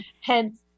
Hence